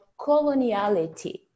coloniality